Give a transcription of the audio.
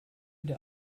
der